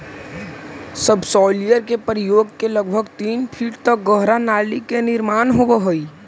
subsoiler के प्रयोग से लगभग तीन फीट तक गहरा नाली के निर्माण होवऽ हई